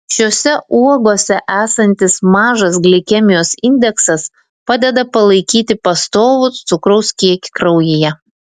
šiose uogose esantis mažas glikemijos indeksas padeda palaikyti pastovų cukraus kiekį kraujyje